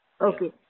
Okay